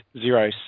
Zero